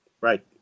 Right